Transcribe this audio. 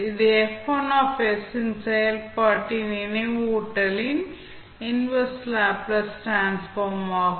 இது என்ற செயல்பாட்டின் நினைவூட்டலின் இன்வெர்ஸ் லேப்ளேஸ் டிரான்ஸ்ஃபார்ம் ஆகும்